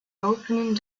opening